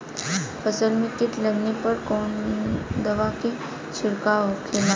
फसल में कीट लगने पर कौन दवा के छिड़काव होखेला?